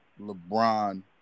LeBron